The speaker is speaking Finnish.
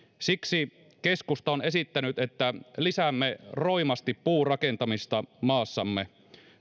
siksi keskusta on esittänyt että lisäämme roimasti puurakentamista maassamme